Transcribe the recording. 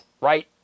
right